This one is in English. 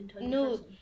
No